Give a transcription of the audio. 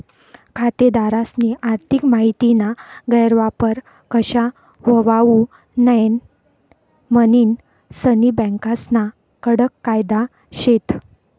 खातेदारस्नी आर्थिक माहितीना गैरवापर कशा व्हवावू नै म्हनीन सनी बँकास्ना कडक कायदा शेत